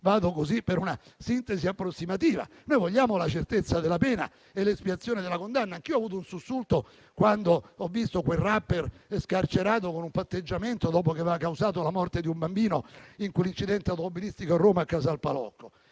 Procedo per una sintesi approssimativa: noi vogliamo la certezza della pena e l'espiazione della condanna. Anch'io ho avuto un sussulto quando ho visto lo *youtuber* scarcerato con un patteggiamento, dopo che aveva causato la morte di un bambino nell'incidente automobilistico di Casal Palocco.